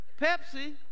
Pepsi